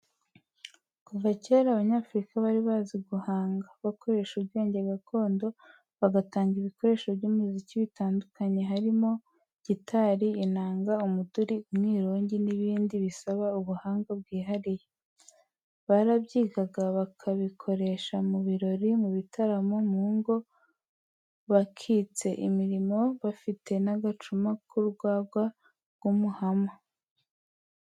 Kuva kera Abanyafurika bari bazi guhanga, bakoresha ubwenge gakondo, bagatanga ibikoresho by'umuziki bitandukanye harimo: gitari, inanga, umuduri, umwirongi n'ibindi bisaba ubuhanga bwihariye. Barabyigaga bakabikoresha mu birori, mu bitaramo, mu ngo bakitse imirimo, bafite n'agacuma k'urwagwa rw'umuhama.